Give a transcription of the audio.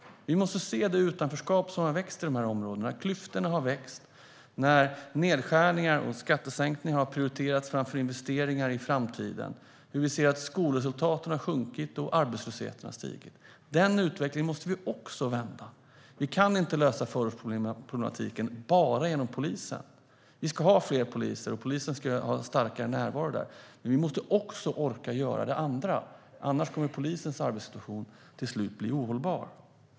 Vi måste se det utanförskap som har växt i dessa områden. Klyftorna har växt när nedskärningar och skattesänkningar har prioriterats framför investeringar i framtiden. Vi ser att skolresultaten har sjunkit och arbetslösheten stigit. Denna utveckling måste vi också vända. Vi kan inte lösa förortsproblematiken bara genom polisen. Vi ska ha fler poliser, och polisen ska ha starkare närvaro. Men vi måste också orka göra det andra. Annars kommer polisens arbetssituation till slut att bli ohållbar.